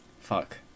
Fuck